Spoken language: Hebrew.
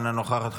אינה נוכחת,